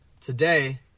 Today